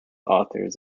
authors